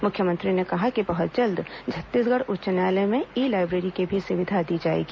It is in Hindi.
मुख्यमंत्री ने कहा कि बहुत जल्द छत्तीसगढ़ उच्च न्यायालय में ई लाईब्रेरी की भी सुविधा दी जाएगी